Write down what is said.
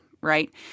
right